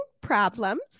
problems